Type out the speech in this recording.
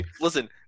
Listen